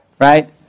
right